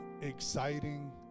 exciting